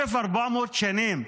1,400 שנים.